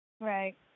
Right